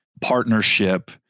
partnership